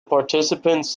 participants